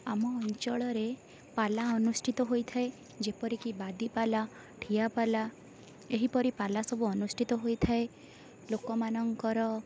ଆମ ଅଞ୍ଚଳରେ ପାଲା ଅନୁଷ୍ଠିତ ହୋଇଥାଏ ଯେପରିକି ବାଦୀପାଲା ଠିଆପାଲା ଏହିପରି ପାଲା ସବୁ ଅନୁଷ୍ଠିତ ହୋଇଥାଏ ଲୋକମାନଙ୍କର